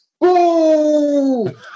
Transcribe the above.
boo